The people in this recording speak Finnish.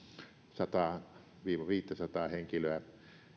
sataa viiva viittäsataa henkilöä